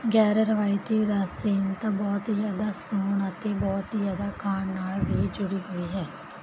ਗੈਰ ਰਵਾਇਤੀ ਉਦਾਸੀਨਤਾ ਬਹੁਤ ਜ਼ਿਆਦਾ ਸੌਣ ਅਤੇ ਬਹੁਤ ਜ਼ਿਆਦਾ ਖਾਣ ਨਾਲ ਵੀ ਜੁੜੀ ਹੋਈ ਹੈ